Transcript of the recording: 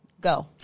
Go